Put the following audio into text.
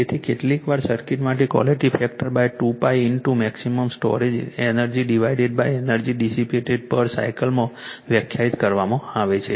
તેથી કેટલીકવાર સર્કિટ માટે quality factor 2𝜋 into maximum stored energy divided energy dissipated પર સાયકલમાં વ્યાખ્યાયિત કરવામાં આવે છે